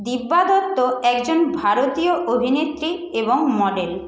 দিব্যা দত্ত একজন ভারতীয় অভিনেত্রী এবং মডেল